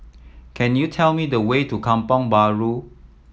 can you tell me the way to Kampong Bahru